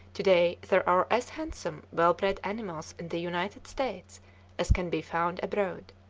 today, there are as handsome, well-bred animals in the united states as can be found abroad.